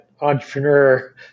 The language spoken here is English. entrepreneur